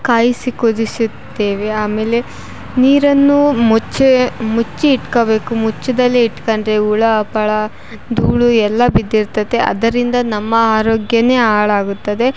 ಕಾಯಿಸಿ ಕುದಿಸುತ್ತೇವೆ ಆಮೇಲೆ ನೀರನ್ನು ಮುಚ್ಚಿ ಮುಚ್ಚಿ ಇಟ್ಕೋಬೇಕು ಮುಚ್ಚದಲೇ ಇಟ್ಕೋಂಡ್ರೆ ಹುಳ ಪಳ ಧೂಳು ಎಲ್ಲ ಬಿದ್ದಿರುತ್ತತೆ ಅದರಿಂದ ನಮ್ಮ ಆರೋಗ್ಯನೇ ಹಾಳಾಗುತ್ತದೆ